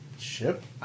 Ship